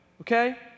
okay